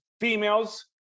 females